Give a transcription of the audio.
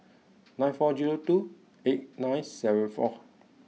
nine four zero two eight nine seven four